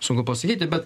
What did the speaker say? sunku pasakyti bet